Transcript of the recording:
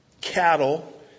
cattle